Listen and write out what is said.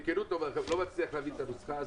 בכנות אני אומר לכם שאני לא מצליח להבין את הנוסחה הזאת.